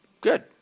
Good